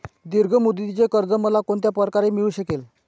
दीर्घ मुदतीचे कर्ज मला कोणत्या प्रकारे मिळू शकेल?